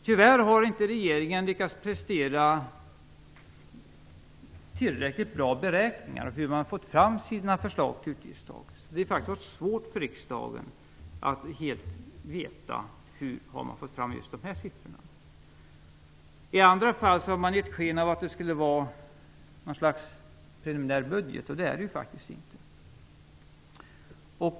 Tyvärr har inte regeringen lyckats prestera tillräckligt bra beräkningar, dvs. presentationer av hur man har fått fram sina förslag till utgiftstak. Det har varit svårt för riksdagen att helt veta hur man har fått fram siffrorna. I andra fall har man givit sken av att det skulle vara ett slags preliminär budget, och det är det ju faktiskt inte.